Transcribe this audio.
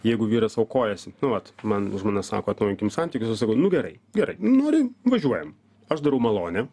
jeigu vyras aukojasi nu vat man žmona sako atnaujinkim santykius aš sakau nu gerai gerai nu nori važiuojam aš darau malonę